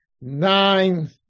nine